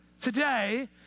today